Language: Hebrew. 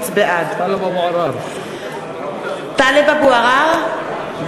בעד טלב אבו עראר.